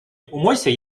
умойся